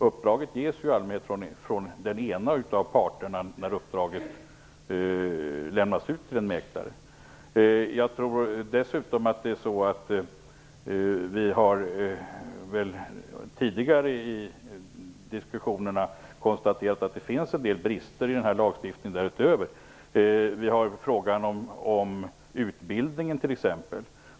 Uppdraget ges i allmänhet från den ena av parterna, när uppdraget lämnas ut till en mäklare. Vi har tidigare i diskussionerna konstaterat att det därutöver finns en del brister i lagstiftningen. Vi har t.ex. frågan om utbildningen.